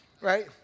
right